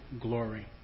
glory